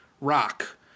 rock